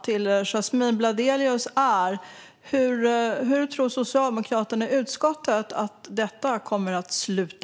Min fråga till Yasmine Bladelius är: Hur tror Socialdemokraterna i utskottet att detta kommer att sluta?